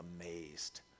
amazed